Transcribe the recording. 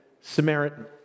Samaritan